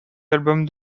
albums